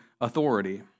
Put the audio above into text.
authority